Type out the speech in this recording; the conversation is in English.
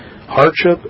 Hardship